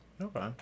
Okay